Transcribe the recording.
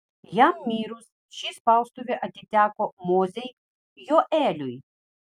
jam mirus ši spaustuvė atiteko mozei joeliui